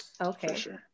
Okay